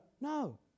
No